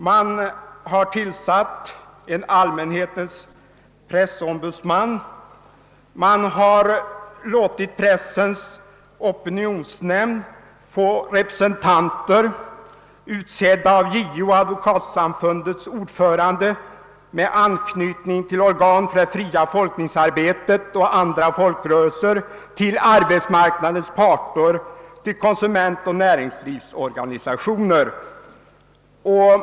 Man har tillsatt en allmänhetens pressombudsman, och man har låtit Pressens opinionsnämnd få representanter, utsedda av JO och Advokatsamfundets ordförande, med anknytning till organ för det fria folkbildningsarbetet och andra folkrörelser, till arbetsmarknadens parter, till konsumentoch näringslivsorganisationer och liknande.